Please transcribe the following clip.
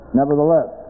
nevertheless